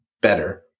better